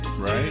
Right